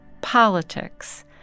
politics